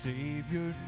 Savior